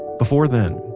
before then,